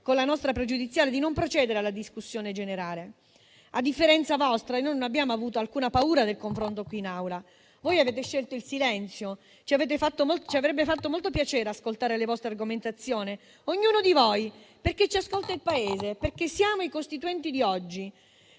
con la nostra questione pregiudiziale, di non procedere alla discussione generale. A differenza vostra noi non abbiamo avuto alcuna paura del confronto qui in Aula. Voi avete scelto il silenzio, ma ci avrebbe fatto molto piacere ascoltare le vostre argomentazioni, quella di ognuno di voi, perché ci ascolta il Paese, perché siamo i costituenti di oggi.